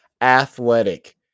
athletic